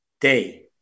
day